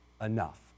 enough